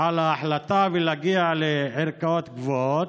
על ההחלטה ולהגיע לערכאות גבוהות.